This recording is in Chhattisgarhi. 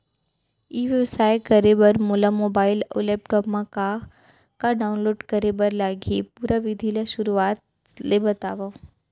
ई व्यवसाय करे बर मोला मोबाइल अऊ लैपटॉप मा का का डाऊनलोड करे बर लागही, पुरा विधि ला शुरुआत ले बतावव?